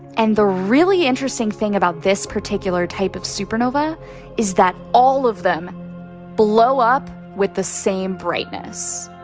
and the really interesting thing about this particular type of supernova is that all of them blow up with the same brightness